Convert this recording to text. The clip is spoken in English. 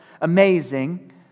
amazing